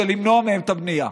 כדי למנוע מהם את הבנייה.